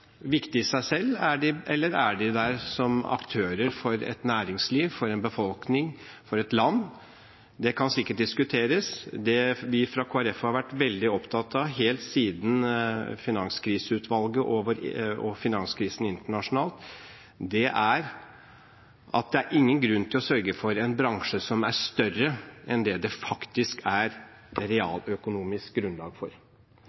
i seg selv, eller er de der som aktører for et næringsliv, for en befolkning, for et land? Det kan sikkert diskuteres. Det vi fra Kristelig Folkeparti har vært veldig opptatt av helt siden Finanskriseutvalget og finanskrisen internasjonalt, er at det er ingen grunn til å sørge for en bransje som er større enn det det faktisk er realøkonomisk grunnlag for.